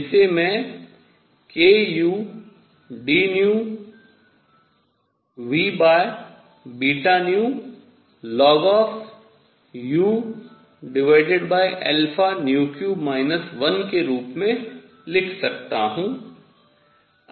जिसे मैं kudνVβνln⁡ 1 के रूप में लिख सकता हूँ